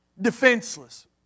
Defenseless